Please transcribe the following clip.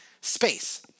space